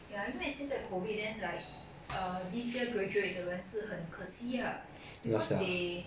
ya 因为现在 COVID then like err this year graduate 的人是很可惜 lah because they